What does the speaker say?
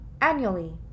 annually